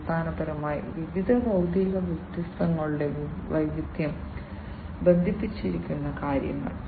അടിസ്ഥാനപരമായി വിവിധ ഭൌതിക വസ്തുക്കളുടെ വൈവിധ്യം ബന്ധിപ്പിച്ചിരിക്കുന്ന കാര്യങ്ങൾ